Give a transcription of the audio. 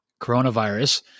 coronavirus